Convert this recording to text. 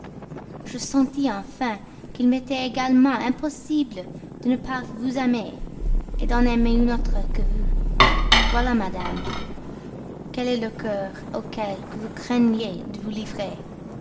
je sentis enfin qu'il m'était également impossible de ne pas vous aimer d'en aimer une autre que vous voilà madame quel est le cœur auquel vous craignez de vous livrer